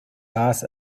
das